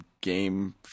game